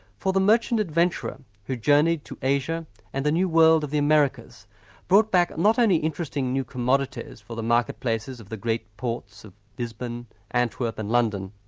for the merchant adventurers who journeyed to asia and the new world of the americas brought back not only interesting new commodities for the market places of the great ports of lisbon, antwerp and london,